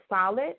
solid